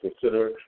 Consider